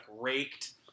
raked